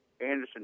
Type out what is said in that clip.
Anderson